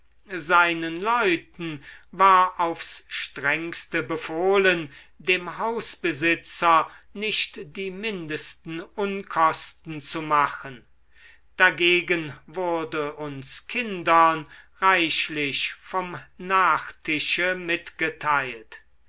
seinen leuten war aufs strengste befohlen dem hausbesitzer nicht die mindesten unkosten zu machen dagegen wurde uns kindern reichlich vom nachtische mitgeteilt